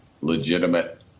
legitimate